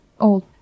old